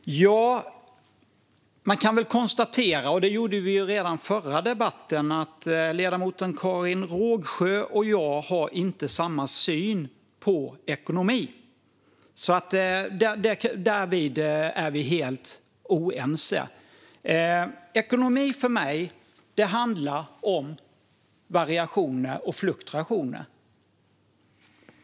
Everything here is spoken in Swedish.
Herr talman! Man kan väl konstatera, och det gjorde vi redan i den förra debatten, att ledamoten Karin Rågsjö och jag inte har samma syn på ekonomi. Därvid är vi helt oense. Ekonomi för mig handlar om variationer och fluktuationer.